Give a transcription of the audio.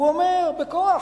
הוא אומר: בכוח.